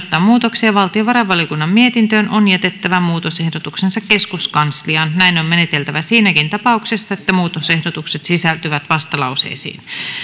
muutoksia valtiovarainvaliokunnan mietintöön on jätettävä muutosehdotuksensa keskuskansliaan näin on meneteltävä siinäkin tapauksessa että muutosehdotukset sisältyvät vastalauseisiin